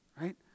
right